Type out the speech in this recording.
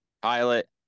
pilot